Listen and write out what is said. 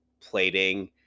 plating